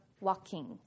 walking